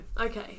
Okay